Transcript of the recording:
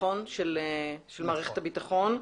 של מערכת הביטחון.